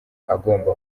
agomba